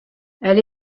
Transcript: elle